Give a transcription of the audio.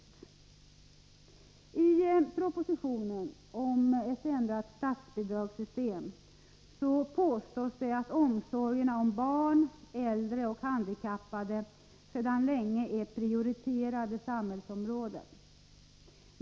I propositionen om ett ändrat statsbidragssystem påstås att omsorgerna om barn, äldre och handikappade sedan länge är prioriterade samhällsområden.